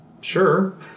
Sure